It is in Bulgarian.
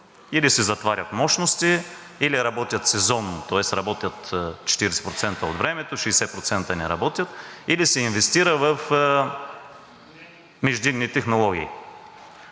или се затварят мощности, или работят сезонно, тоест работят 40% от времето, 60% не работят, или се инвестира в междинни технологии.